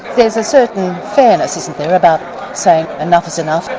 there's a certain fairness, isn't there, about saying enough is enough,